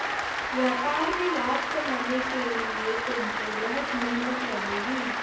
व्यापार में लाभ कमाने के लिए तुमको बहुत मेहनत लगेगी